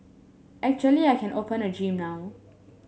actually I can open a gym now